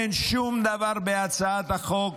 אין שום דבר בהצעת החוק